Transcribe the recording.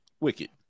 wicked